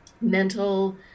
mental